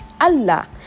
allah